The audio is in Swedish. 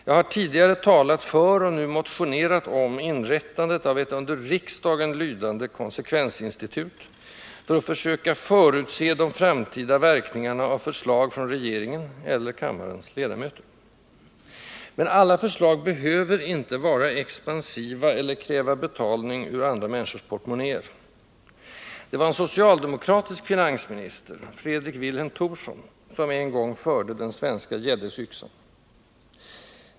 Jag har tidigare talat för — och nu motionerat om — inrättandet av ett under riksdagen lydande konsekvensinstitut, för att försöka förutse de framtida verkningarna av förslag från regeringen eller kammarens ledamöter. Men alla förslag behöver inte vara expansiva eller kräva betalning ur andra människors portmonnäer. Det var en socialdemokratisk finansminister — Fredrik Vilhelm Thorsson — som en gång förde den svenska Geddesyxan.